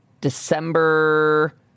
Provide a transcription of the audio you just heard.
December